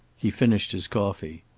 he finished his coffee.